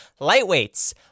lightweights